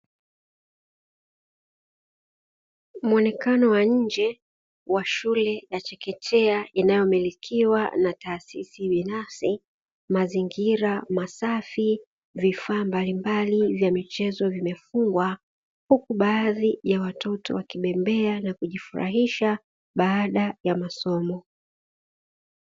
Muonekano wa nje wa shule ya chekechea inayo milikiwa na taasisi binafsi, mazingira masafi vifaa mbalimbali vya michezo vimefungwa huku baadhi ya watoto wakibembea na kujifurahisha baada ya masomo.